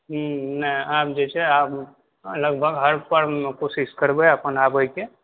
नहि आब जे छै आब लगभग हर पर्वमे कोशिश करबै अपन आबयके